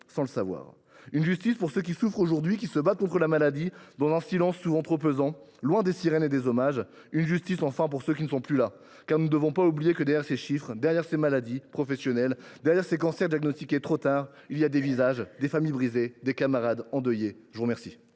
sans le savoir ; justice pour ceux qui souffrent, qui se battent contre la maladie dans un silence souvent trop pesant, loin des sirènes et des hommages ; justice, enfin, pour ceux qui ne sont plus là. Nous ne devons pas oublier que derrière ces chiffres, ces maladies professionnelles, ces cancers diagnostiqués trop tard, il y a des visages, des familles brisées, des camarades endeuillés. La parole